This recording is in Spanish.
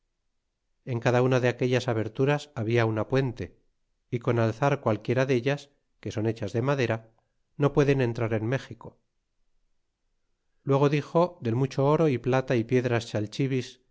en cada una de aquelas aberturas habla una puente y con alza qualquiera dellas que son hechas de madera no pueden entrar en méxico y luego dixo del mucho oro y plata y piedras